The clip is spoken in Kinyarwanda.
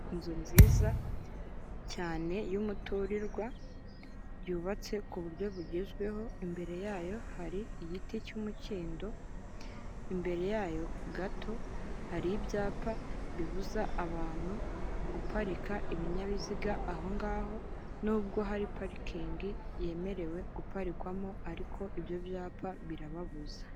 Inzu nziza cyane y'umuturirwa yubatse ku buryo bugezweho, imbere yayo hari igiti cy'umukindo, imbere yayo gato hari ibyapa bibuza abantu guparika ibinyabiziga aho ngaho, nubwo hari parikingi yemerewe guparikwamo ariko ibyo byapa birababuza.